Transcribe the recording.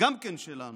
גם כן שלנו.